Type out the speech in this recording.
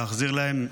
להחזיר להם,